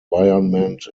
environment